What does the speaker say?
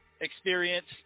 experience